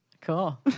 Cool